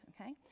Okay